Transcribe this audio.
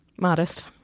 Modest